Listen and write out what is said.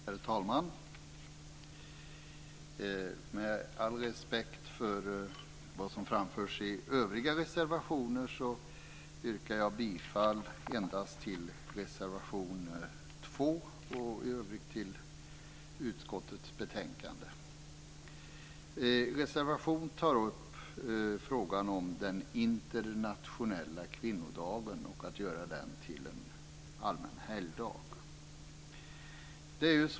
Herr talman! Med all respekt för vad som framförs i övriga reservationer yrkar jag bifall endast till reservation 2 och i övrigt till hemställan i utskottets betänkande. Reservationen tar upp frågan om att göra den internationella kvinnodagen till allmän helgdag.